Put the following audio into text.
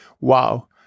wow